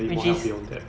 which is